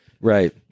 right